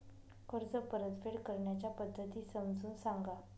कर्ज परतफेड करण्याच्या पद्धती समजून सांगा